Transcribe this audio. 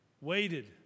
waited